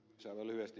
aivan lyhyesti